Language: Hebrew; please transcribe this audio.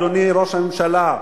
אדוני ראש הממשלה,